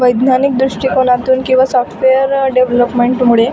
वैज्ञानिक दृष्टिकोनातून किंवा सॉफ्टवेअर डेव्हलपमेंट मुळे